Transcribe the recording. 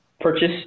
purchase